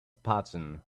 spartan